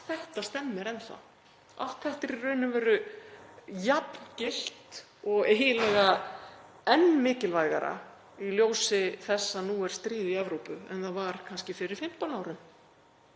þetta stemmir enn þá, allt þetta er í raun og veru jafn gilt og eiginlega enn mikilvægara í ljósi þess að nú er stríð í Evrópu en það var kannski fyrir 15 árum.